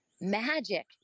magic